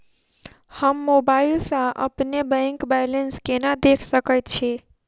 हम मोबाइल सा अपने बैंक बैलेंस केना देख सकैत छी?